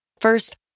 First